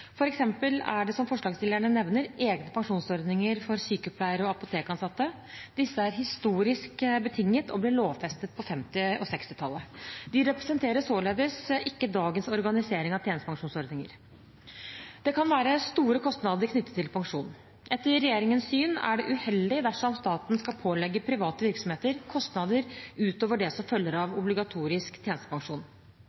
er det, som forslagsstillerne nevner, egne pensjonsordninger for sykepleiere og apotekansatte. Disse er historisk betinget og ble lovfestet på 1950- og 1960-tallet. De representerer således ikke dagens organisering av tjenestepensjonsordninger. Det kan være store kostnader knyttet til pensjon. Etter regjeringens syn er det uheldig dersom staten skal pålegge private virksomheter kostnader utover det som følger av